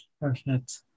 perfect